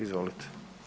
Izvolite.